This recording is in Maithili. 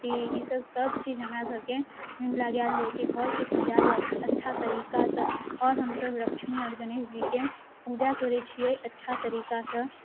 ईसब सबचीज हमरासबके लगाएल जाइ छै घरके सजाएल जाइ छै अच्छा तरीकासँ आओर हमसब लक्ष्मी आओर गणेशजीके पूजा करै छिए अच्छा तरीकासँ